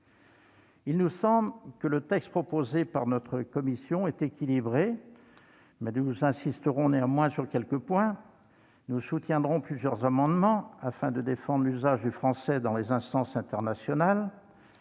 Il nous semble que le texte proposé par notre commission est équilibré, mais nous insisterons sur quelques points. Nous soutiendrons plusieurs amendements afin de défendre l'usage du français dans les instances internationales,